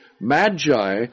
magi